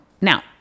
Now